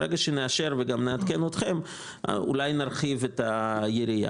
ברגע שנאשר ונעדכן אתכם, אולי גם נרחיב את היריעה.